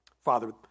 Father